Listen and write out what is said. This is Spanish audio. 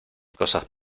cosas